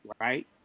right